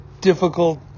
difficult